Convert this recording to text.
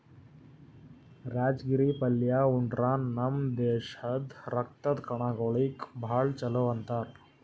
ರಾಜಗಿರಿ ಪಲ್ಯಾ ಉಂಡ್ರ ನಮ್ ದೇಹದ್ದ್ ರಕ್ತದ್ ಕಣಗೊಳಿಗ್ ಭಾಳ್ ಛಲೋ ಅಂತಾರ್